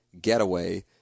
getaway